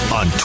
on